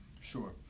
Sure